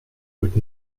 would